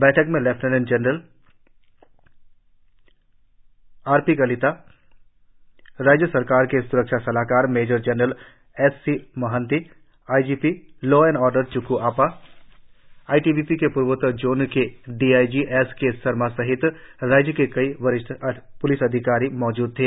बैठक में lieutenant general R P Kalita राज्य सरकार के सुरक्षा सलाहकार major general S C Mohanty I G P law and order च्क् अपा आई टी बी पी के पूर्वोत्तर जोन के D I G S K Sharma सहित राज्य के कई वरिष्ठ प्लिस अधिकारी मौजूस थे